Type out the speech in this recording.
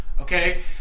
okay